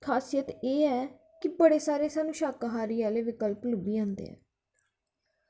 खासियत एह् ऐ कि बड़े सारे सानूं एह् शाकाहारी आह्ले विकल्प लब्भी जंदे